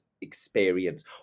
experience